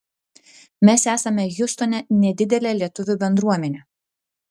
mes esame hjustone nedidelė lietuvių bendruomenė